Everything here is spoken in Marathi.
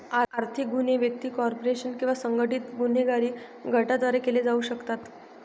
आर्थिक गुन्हे व्यक्ती, कॉर्पोरेशन किंवा संघटित गुन्हेगारी गटांद्वारे केले जाऊ शकतात